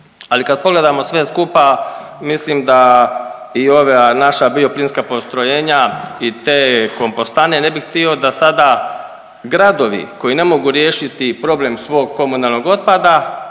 Ali kad pogledamo sve skupa mislim da i ova naša bioplinska postrojenja i te kompostane ne bi htio da sada gradovi koji ne mogu riješiti problem svog komunalnog otpada